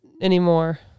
Anymore